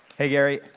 hey, gary.